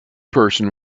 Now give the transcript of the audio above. person